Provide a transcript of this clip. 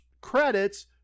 credits